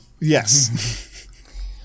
Yes